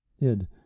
Id